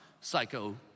psycho